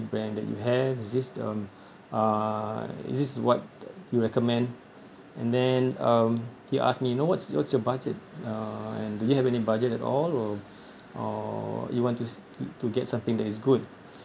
brand that you have is this the uh is this what you recommend and then um he ask me you know what's what's your budget uh and do you have any budget at all or or you want to to get something that is good